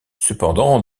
cependant